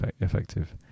effective